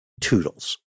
toodles